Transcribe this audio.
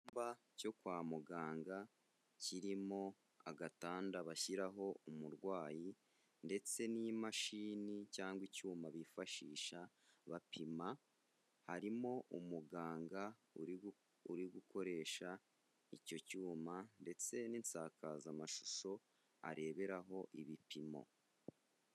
Icyumba cyo kwa muganga kirimo agatanda bashyiraho umurwayi ndetse n'imashini cyangwa icyuma bifashisha bapima, harimo umuganga uri gukoresha icyo cyuma ndetse n'insakazamashusho areberaho ibipimo.